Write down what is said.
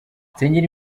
nsengera